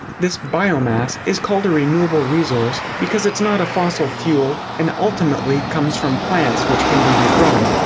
this biomass is called a renewable resource because it's not a fossil fuel, and ultimately comes from plants which can be regrown.